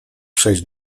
przejść